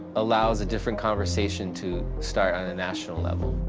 allows different conversation to start on a national level.